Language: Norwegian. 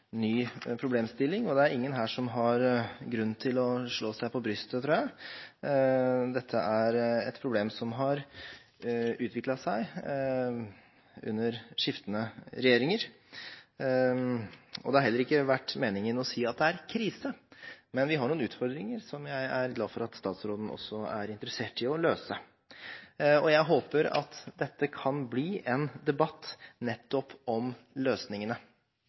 ny problemstilling. Det er ingen her som har grunn til å slå seg på brystet, tror jeg. Dette er et problem som har utviklet seg under skiftende regjeringer. Det har heller ikke vært meningen å si at det er krise, men vi har noen utfordringer, som jeg er glad for at også statsråden er interessert i å møte. Jeg håper at dette kan bli en debatt nettopp om